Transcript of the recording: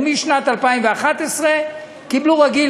ומשנת 2011 קיבלו רגיל,